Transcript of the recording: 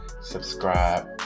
subscribe